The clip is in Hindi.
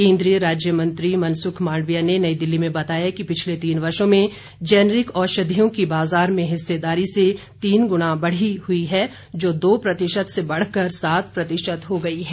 केन्द्रीय राज्य मंत्री मनसुख मांडविया ने नई दिल्ली में बताया कि पिछले तीन वर्षो में जेनेरिक औषधियों की बाजार में हिस्सेदारी में तीन गुना बढ़ोतरी हुई है जो दो प्रतिशत से बढ़कर सात प्रतिशत हो गई है